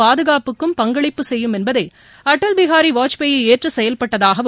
பாதுகாப்புக்கும் பங்களிப்பு செய்யும் என்பதை அடல் பிகாரி வாஜ்பாய் ஏற்று செயல்பட்டதாகவும்